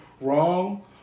wrong